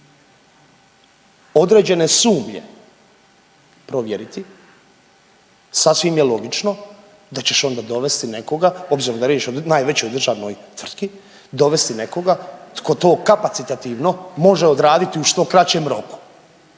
određene sumnje provjeriti sasvim je logično da ćeš onda dovesti nekoga s obzirom da je riječ o najvećoj državnoj tvrtki dovesti nekoga tko to kapacitativno može odraditi u što kraćem roku,